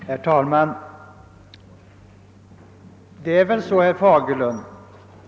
Herr talman!